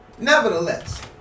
Nevertheless